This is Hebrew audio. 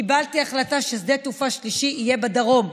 קיבלתי החלטה ששדה תעופה שלישי יהיה בדרום.